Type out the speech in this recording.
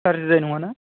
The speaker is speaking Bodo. गाज्रिद्राय नङा ना